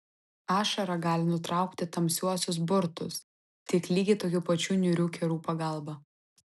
ašara gali nutraukti tamsiuosius burtus tik lygiai tokių pačių niūrių kerų pagalba